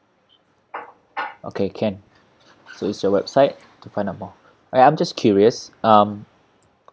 okay can so it's your website to find more alright I'm just curious um